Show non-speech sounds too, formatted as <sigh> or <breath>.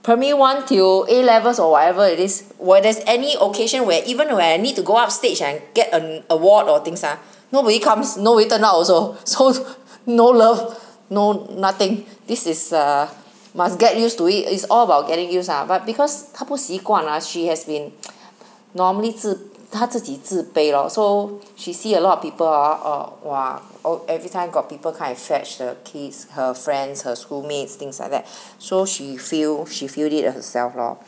primary one till A levels or whatever it is where there's any occasion where even where I need to go up stage and get an award or things ah nobody comes nobody turns up also so <laughs> no love no nothing this is a must get used to it is all about getting use ah but because 她不习惯啊 she has been <noise> normally 自她自己自卑咯 so she see a lot of people hor orh !wah! oh everytime got people come and fetch the kids her friends her schoolmates things like that <breath> so she feel she feel it as herself lor